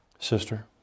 Sister